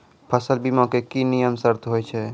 फसल बीमा के की नियम सर्त होय छै?